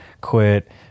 quit